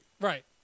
Right